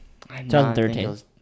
2013